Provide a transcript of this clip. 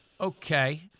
Okay